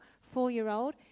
four-year-old